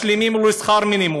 משלימים לו לשכר מינימום.